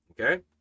okay